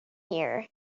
here